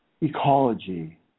ecology